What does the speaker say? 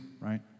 right